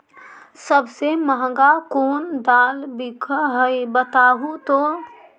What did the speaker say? सबसे महंगा कोन दाल बिक है बताहु तो?